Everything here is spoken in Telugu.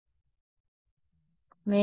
విద్యార్థి గుర్తింపు